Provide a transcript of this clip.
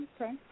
okay